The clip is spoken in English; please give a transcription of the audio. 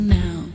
now